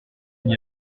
n’y